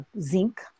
zinc